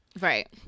Right